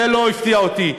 זה לא הפתיע אותי.